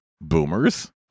boomers